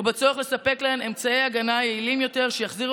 ועל הצורך לספק להן אמצעי הגנה יעילים יותר שיחזירו